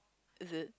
is it